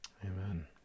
Amen